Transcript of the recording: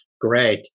Great